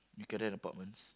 you can rent apartments